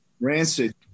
Rancid